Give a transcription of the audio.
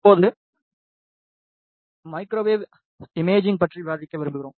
இப்போது microwave imaging பற்றி விவாதிக்க விரும்புகிறோம்